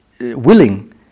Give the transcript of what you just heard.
willing